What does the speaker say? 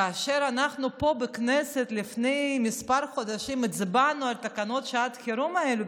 כאשר פה בכנסת לפני כמה חודשים הצבענו על תקנות שעת החירום האלה,